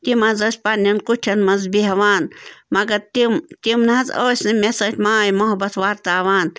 تِم حظ ٲسۍ پنٛنٮ۪ن کُٹھٮ۪ن منٛز بیٚہوان مگر تِم تِم نَہ حظ ٲسۍ نہٕ مےٚ سۭتۍ ماے محبت وَرتاوان